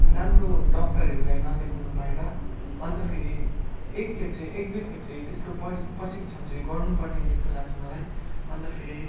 राम्रो डक्टरहरूलाई नदेखाउन पाएर अन्तफेरि एकखेप चाहिँ एक दुईखेप चाहिँ त्यस्तो परि प्रशिक्षण चाहिँ गर्नुपर्ने जस्तो लाग्छ मलाई अन्तफेरि